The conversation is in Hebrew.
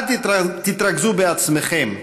אל תתרכזו בעצמכם,